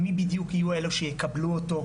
מי בדיוק יהיו אלה שיקבלו אותו,